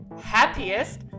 happiest